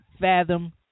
fathom